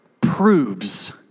proves